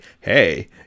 hey